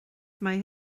maith